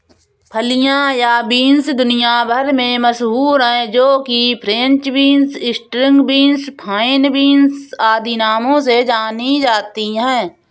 फलियां या बींस दुनिया भर में मशहूर है जो कि French beans, string beans, fine beans आदि नामों से जानी जाती है